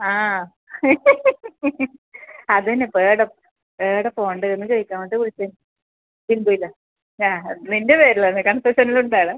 ആ അത് തന്നെ പ്പ എവിടെ എവിടെ പോവണ്ടതെന്ന് ചോദിക്കാൻ വേണ്ടിയിട്ട് വിളിച്ചിന് ബിന്ദുലോ ആ നിൻ്റെ പേര് പറഞ്ഞാൽ കൺസെഷൻ എല്ലാം ഉണ്ടോ അവിടെ